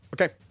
Okay